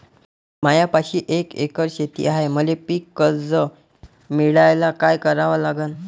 मायापाशी एक एकर शेत हाये, मले पीककर्ज मिळायले काय करावं लागन?